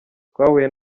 twahuye